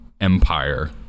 empire